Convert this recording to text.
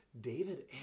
David